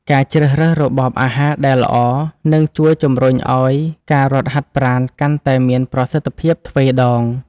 ការជ្រើសរើសរបបអាហារដែលល្អ នឹងជួយជម្រុញឱ្យការរត់ហាត់ប្រាណកាន់តែមានប្រសិទ្ធភាពទ្វេដង។